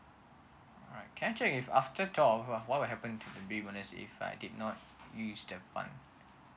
alright can I check if after twelve what will happen to the baby bonus if I did not use the fund